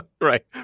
Right